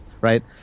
Right